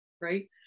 Right